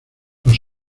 los